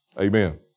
Amen